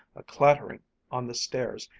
a clattering on the stairs,